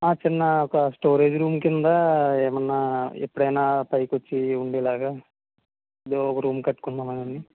చిన్న ఒక storage room కింద ఏమన్నా ఎప్పుడైనా పైకి వచ్చి ఉండేలాగా ఏదో ఒక రూమ్ కట్టుకుందాము అని